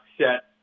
set